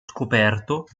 scoperto